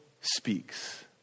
speaks